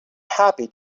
happy